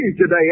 today